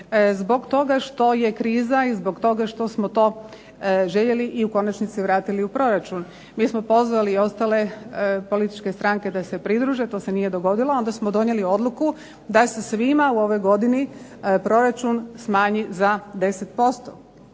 zbog toga što je kriza i zbog toga što smo to željeli i u konačnici vratili u proračun. Mi smo pozvali i ostale političke stranke da se pridruže. To se nije dogodilo. Onda smo donijeli odluku da se svima u ovoj godini proračun smanji za 10%.